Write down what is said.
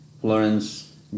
Florence